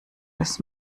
des